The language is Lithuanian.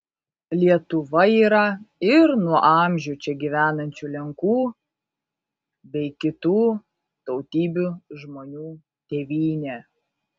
lietuva yra ir nuo amžių čia gyvenančių lenkų bei kitų tautybių žmonių tėvynė